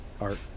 art